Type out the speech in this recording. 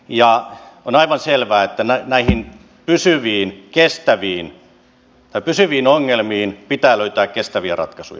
ja on aivan selvää että näihin pysyviin ongelmiin pitää löytää kestäviä ratkaisuja